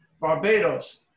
Barbados